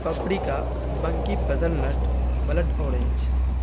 پپڑی کا monkey puzzle nut blood orange